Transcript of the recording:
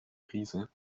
krise